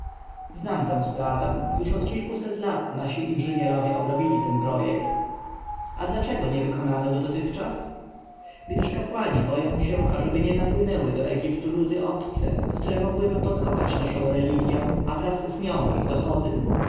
znam tę sprawę już od kilkuset lat nasi inżynierowie obrobili ten projekt a dlaczego nie wykonano go dotychczas gdyż kapłani boją się aby nie napłynęły do egiptu ludy obce które mogłyby podkopać naszą religję a wraz z nią ich dochody